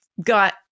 got